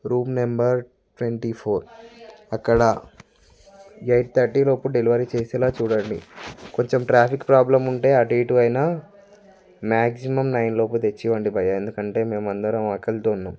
room number twenty four అక్కడ eight థర్టీలోపు delivery చేసేలా చూడండి కొంచెం ట్రాఫిక్ ప్రాబ్లమ్ ఉంటే అటు ఇటు అయినా మ్యాక్జిమం నైన్ లోపు తెచ్చి ఇవ్వండి భయ్యా ఎందుకంటే మేము అందరం ఆకలితో ఉన్నాము